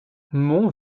mont